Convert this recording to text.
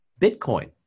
Bitcoin